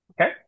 Okay